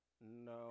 No